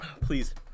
Please